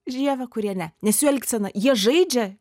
žievę kurie ne nes jų elgsena jie žaidžia